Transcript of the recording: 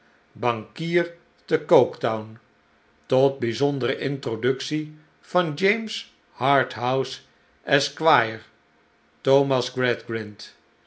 bankier te c oketown tot bijzondere introductie van james harthouse esquire thomas